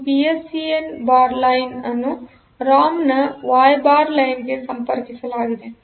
ಈ PSEN bar line ಅನ್ನು RAM ನ y ಬಾರ್ ಸಾಲಿಗೆ ಸಂಪರ್ಕಿಸಲಾಗಿದೆ